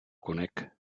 conec